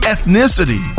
Ethnicity